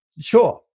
sure